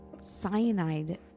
cyanide